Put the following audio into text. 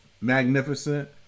magnificent